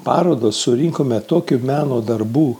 parodos surinkome tokio meno darbų